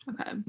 Okay